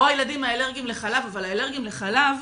או הילדים האלרגיים לחלב, אבל האלרגיים לחלב,